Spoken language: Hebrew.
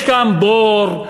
יש כאן בור.